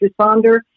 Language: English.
responder